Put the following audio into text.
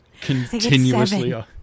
Continuously